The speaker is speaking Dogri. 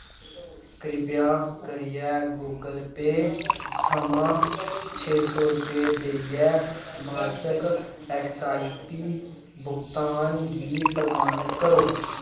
कृपा करियै गूगल पेऽ थमां छे सौ रपेऽ देइयै मासक ऐस्स आई पी भुगतान गी प्रमाणत करो